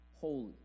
holy